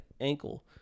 ankle